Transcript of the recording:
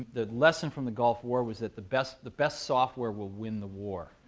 the lesson from the gulf war was that the best the best software will win the war.